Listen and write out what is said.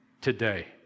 today